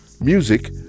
Music